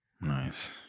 Nice